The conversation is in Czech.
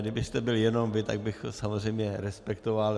Kdybyste byl jenom vy, tak bych to samozřejmě respektoval.